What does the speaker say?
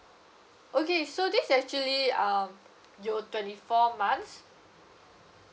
okay so this actually um your twenty four months